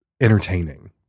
entertaining